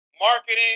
marketing